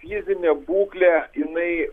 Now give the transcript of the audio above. fizinė būklė jinai